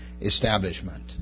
establishment